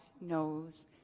knows